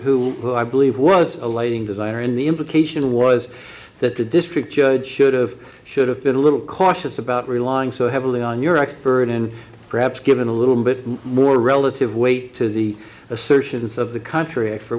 who i believe was a lighting designer in the implication was that the district judge should've should've been a little cautious about relying so heavily on your expert in perhaps giving a little bit more relative weight to the assertions of the contr